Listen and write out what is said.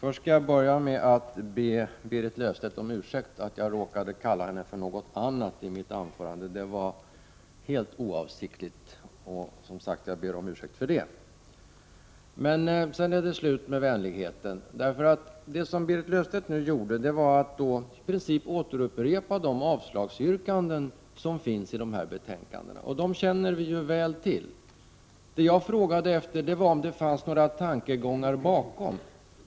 Herr talman! Det som Berit Löfstedt nu gjorde var att i princip upprepa de avslagsyrkanden som finns i betänkandena, och dem känner vi ju väl till. Vad jag frågade efter var om det fanns några tankegångar bakom.